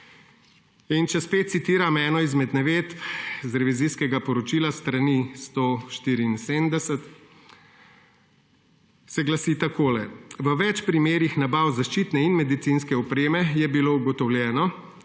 In če spet citiram eno izmed navedb iz revizijskega poročila s strani 174, se glasi takole: »V več primerih nabav zaščitne in medicinske opreme je bilo ugotovljeno,